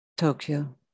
Tokyo